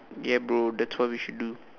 ya bro that's what we should do